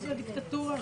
איזו דיקטטורה זאת.